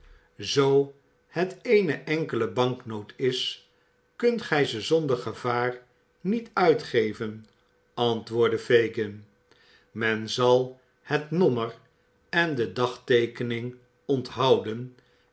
zoo het eene enkele banknoot is kunt gij ze zonder gevaar niet uitgeven antwoordde fagin men zal het nommer en de dagteekening onthouden